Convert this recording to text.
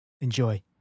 Enjoy